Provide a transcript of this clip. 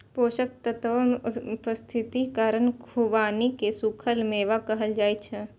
पोषक तत्वक उपस्थितिक कारण खुबानी कें सूखल मेवा कहल जाइ छै